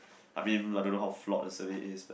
I mean I don't know how flock the service is but